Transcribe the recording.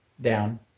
down